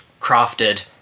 crafted